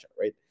right